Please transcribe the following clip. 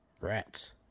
Rats